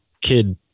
kid